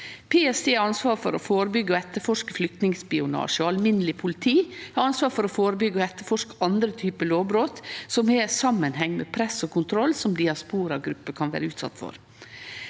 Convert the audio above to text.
PST har ansvar for å førebyggje og etterforske flyktningspionasje, og alminneleg politi har ansvar for å førebyggje og etterforske andre typar lovbrot som har samanheng med press og kontroll diasporagrupper kan vere utsette for.